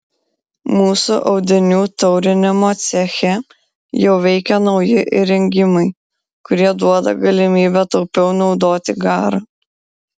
mūsų audinių taurinimo ceche jau veikia nauji įrengimai kurie duoda galimybę taupiau naudoti garą